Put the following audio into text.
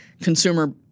consumer